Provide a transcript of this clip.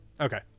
Okay